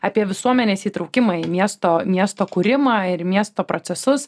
apie visuomenės įtraukimą į miesto miesto kūrimą ir miesto procesus